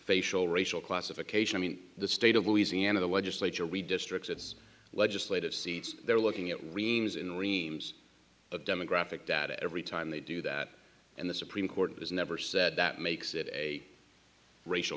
facial racial classification i mean the state of louisiana the legislature we districts its legislative seats they're looking at greens in the renames of demographic data every time they do that and the supreme court has never said that makes it a racial